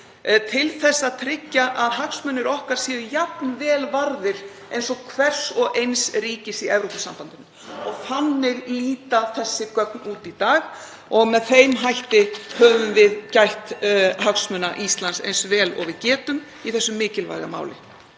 til þess að tryggja að hagsmunir okkar séu jafn vel varðir og hvers og eins ríkis í Evrópusambandinu. Þannig líta þessi gögn út í dag og með þeim hætti höfum við gætt hagsmuna Íslands eins vel og við getum í þessu mikilvæga máli.